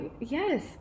Yes